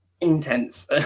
intense